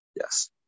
yes